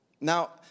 Now